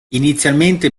inizialmente